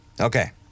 Okay